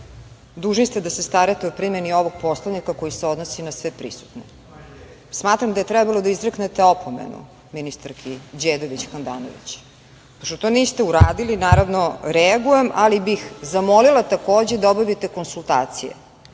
Dužni ste da se strate o primeni ovog Poslovnika koji se odnosi na sve prisutne. Smatram da je trebalo da izreknete opomenu ministarki Đedović Handanović, pošto to niste uradili, naravno reagujem, ali bih zamolila takođe da obavite konsultacije